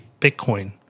Bitcoin